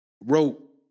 wrote